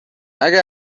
اگه